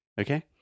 Okay